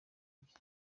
bye